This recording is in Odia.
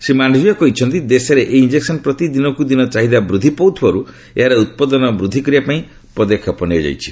ଶ୍ରୀ ମାଣ୍ଡଭୀୟ କହିଛନ୍ତି ଦେଶରେ ଏଇ ଇଞ୍ଜକସନ୍ ପ୍ରତି ଦିନକୁ ଦିନ ଚାହିଦା ବୃଦ୍ଧି ପାଉଥିବାରୁ ଏହାର ଉତ୍ପାଦନ ବୃଦ୍ଧି କରିବା ପାଇଁ ପଦକ୍ଷେପ ନିଆଯାଇଛି